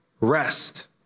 rest